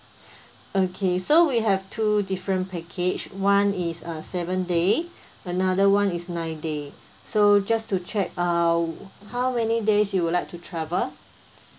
okay so we have two different package one is a seven day another [one] is nine day so just to check uh how many days you would like to travel